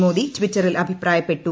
മോദി ട്വിറ്ററിൽ അഭിപ്രായപ്പെട്ടു